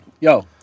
Yo